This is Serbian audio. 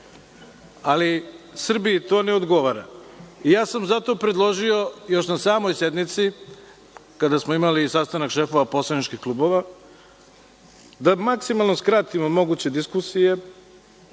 Srbiji to ne odgovara. Zato sam predložio, još na samoj sednici kada smo imali sastanak šefova poslaničkih klubova, da maksimalno skratimo moguće diskusije.